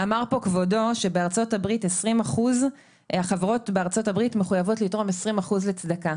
אמר פה כבודו שבארצות הברית החברות מחויבות לתרום 20% לצדקה.